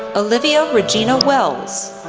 olivia regina wells,